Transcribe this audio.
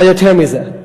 אבל יותר מזה,